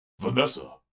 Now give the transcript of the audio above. Vanessa